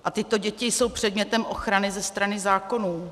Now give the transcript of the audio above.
A tyto děti jsou předmětem ochrany ze strany zákonů.